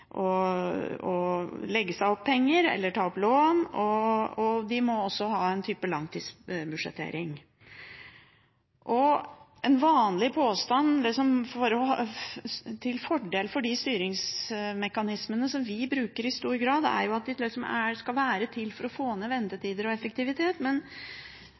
legge seg opp penger eller ta opp lån, og de må også ha en type langtidsbudsjettering. En vanlig påstand til fordel for de styringsmekanismene vi i stor grad bruker, er at de skal være til for å få ned ventetider og øke effektiviteten. Men